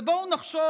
בואו נחשוב,